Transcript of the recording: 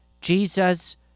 Jesus